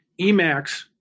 EMAX